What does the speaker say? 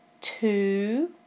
two